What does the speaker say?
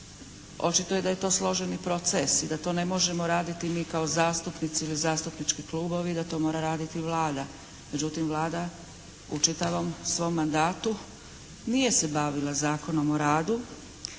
Očito je da je to složeni proces i da to ne možemo raditi mi kao zastupnici ili zastupnički klubovi, da to mora raditi Vlada, međutim Vlada u čitavom svom mandatu nije se bavila Zakonom o radu.